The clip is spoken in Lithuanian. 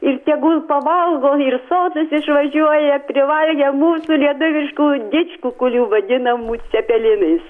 ir tegul pavalgo ir sotūs išvažiuoja privalgę mūsų lietuviškų didžkukulių vadinamų cepelinais